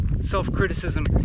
Self-criticism